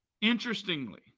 interestingly